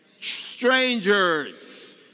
strangers